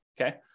okay